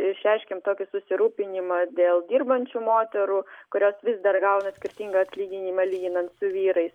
išreiškėm tokį susirūpinimą dėl dirbančių moterų kurios vis dar gauna skirtingą atlyginimą lyginant su vyrais